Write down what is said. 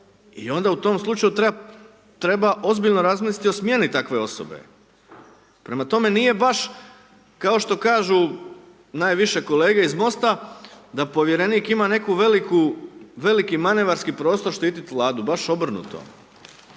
I onda u tom slučaju treba ozbiljno razmisliti o smjeni takve osobe. Prema tome, nije baš kao što kažu, najviše kolege iz Mosta da povjerenik ima neku veliki manevarski prostor štiti vladu. Baš obrnuto.